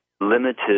limited